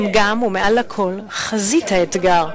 הם גם, ומעל הכול, חזית האתגר,